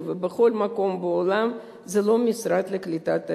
ובכל מקום בעולם זה לא המשרד לקליטת העלייה.